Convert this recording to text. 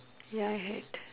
ya I heard